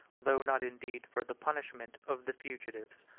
though not indeed for the punishment, of the fugitives.